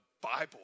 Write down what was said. Bible